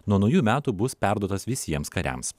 nuo naujų metų bus perduotas visiems kariams